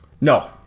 No